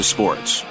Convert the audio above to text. Sports